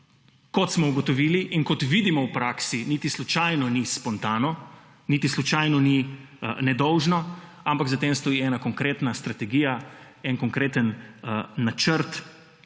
kot smo ugotovili in kot vidimo v praksi, niti slučajno ni spontano, niti slučajno ni nedolžno, ampak za tem stoji ena konkretna strategija, en konkreten načrt,